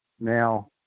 Now